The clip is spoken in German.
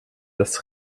dass